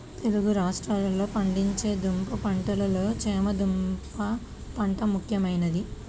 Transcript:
తెలుగు రాష్ట్రాలలో పండించే దుంప పంటలలో చేమ దుంప పంట ముఖ్యమైనది